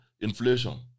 inflation